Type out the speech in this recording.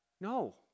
No